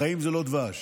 החיים הם לא דבש.